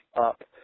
up